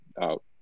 out